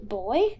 boy